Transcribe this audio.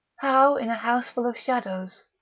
how, in a houseful of shadows,